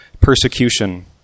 persecution